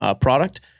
product